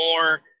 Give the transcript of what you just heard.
more